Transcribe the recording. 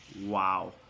Wow